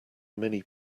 many